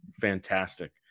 Fantastic